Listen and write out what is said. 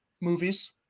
movies